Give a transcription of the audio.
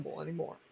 anymore